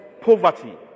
poverty